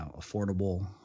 affordable